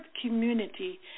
community